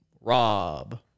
Rob